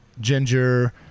ginger